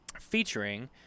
featuring